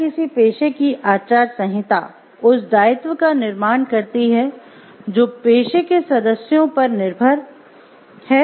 क्या किसी पेशे की आचार संहिता उस दायित्व का निर्माण करती है जो पेशे के सदस्यों पर निर्भर है